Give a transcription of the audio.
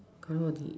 colour the